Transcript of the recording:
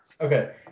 Okay